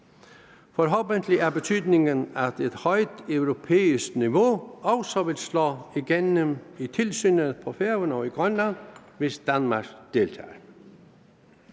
Forhåbentlig er betydningen af et højt europæisk niveau, at det vil slå igennem i tilsynet på Færøerne og i Grønland, hvis Danmark deltager.